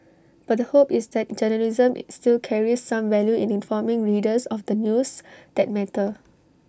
but the hope is that journalism still carries some value in informing readers of the news that matter